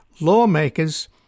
lawmakers